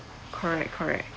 correct correct